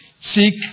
seek